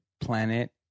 planet